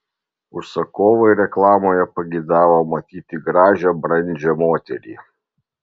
užsakovai reklamoje pageidavo matyti gražią brandžią moterį